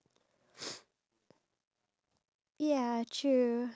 an expression a facial expression to tell you that